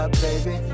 baby